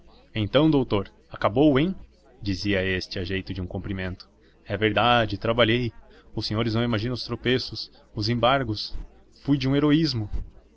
então doutor acabou hein dizia este a jeito de um cumprimento é verdade trabalhei os senhores não imaginam os tropeços os embargos fui de um heroísmo